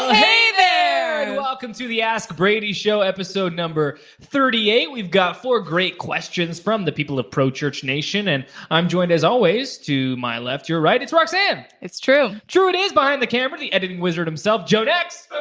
hey there! and welcome to the ask brady show, episode number thirty eight. we've got four great questions from the people of pro church nation and i'm joined as always to my left, your right, it's roxanne! it's true. true it is, behind the camera, the editing wizard himself joe nex!